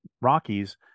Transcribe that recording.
Rockies